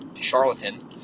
charlatan